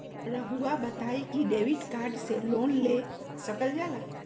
रहुआ बताइं कि डेबिट कार्ड से लोन ले सकल जाला?